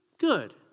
good